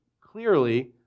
clearly